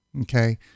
Okay